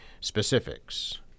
specifics